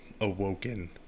awoken